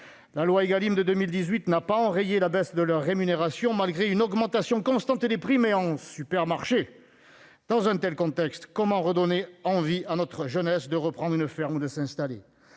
La loi Égalim de 2018 n'a pas enrayé la baisse de leur rémunération, malgré une augmentation constante des prix en supermarché. Dans un tel contexte, comment redonner l'envie à notre jeunesse de reprendre une ferme ou de s'installer ?